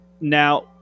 now